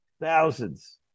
Thousands